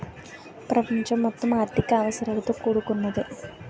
ప్రపంచం మొత్తం ఆర్థిక అవసరాలతో కూడుకున్నదే